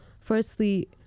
firstly